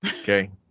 okay